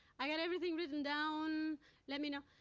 i have everything written down let me know.